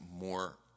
more